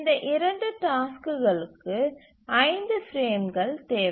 இந்த 2 டாஸ்க்குகளுக்கு ஐந்து பிரேம்கள் தேவை